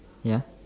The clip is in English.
ya